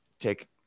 take